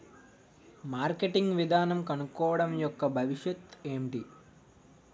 Marketing విధానం కనుక్కోవడం యెక్క భవిష్యత్ ఏంటి?